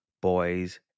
boys